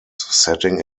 setting